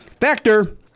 Factor